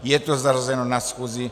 Je to zařazeno na schůzi.